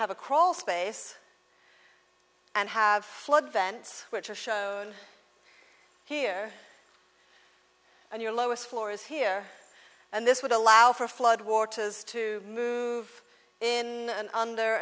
have a crawl space and have flood vents which are shown here and your lowest floor is here and this would allow for floodwaters to move in under